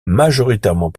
majoritairement